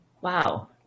Wow